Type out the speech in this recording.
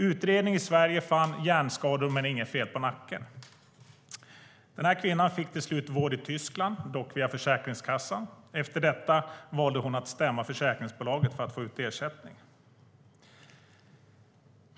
Utredning i Sverige fann hjärnskador men inget fel på nacken. Den här kvinnan fick till slut vård i Tyskland, dock via Försäkringskassan. Efter detta valde hon att stämma försäkringsbolaget för att få ut ersättning.